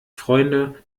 freunde